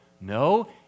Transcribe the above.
No